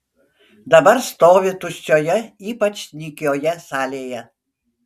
dabar stovi tuščioje ypač nykioje salėje